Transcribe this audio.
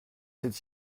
cette